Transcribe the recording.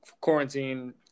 quarantine